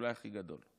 אולי הכי גדול.